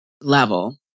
level